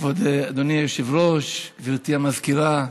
כבוד אדוני היושב-ראש, גברתי המזכירה,